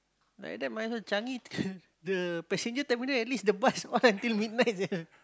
like that might as well Changi the passenger terminal at least the bus all until midnight seh